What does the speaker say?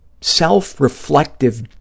self-reflective